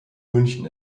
münchen